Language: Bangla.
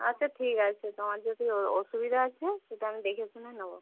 আচ্ছা ঠিক আছে তোমার যদি ও অসুবিধা আছে সেটা আমি দেখে শুনে নেবো